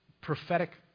prophetic